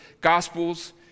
gospels